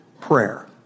prayer